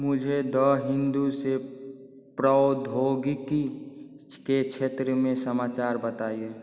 मुझे द हिन्दू से प्रौद्योगिकी के क्षेत्र में समाचार बताइए